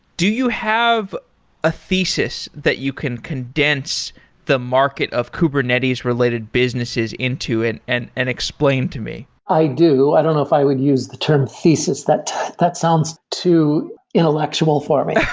do you have a thesis that you can condense the market of kubernetes related businesses into and and and explain to me? i do. i don't know if i would use the term thesis. that that sounds too intellectual for me.